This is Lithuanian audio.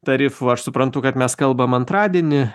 tarifų aš suprantu kad mes kalbam antradienį